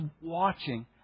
watching